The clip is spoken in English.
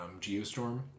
Geostorm